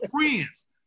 friends